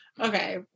okay